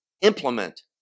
implement